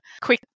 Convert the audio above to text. quick